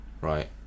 right